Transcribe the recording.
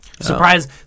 surprise